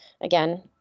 again